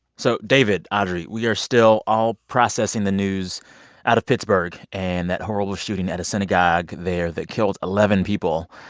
so, david, audrey, we are still all processing the news out of pittsburgh and that horrible shooting at a synagogue there that killed eleven people.